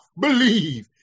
believe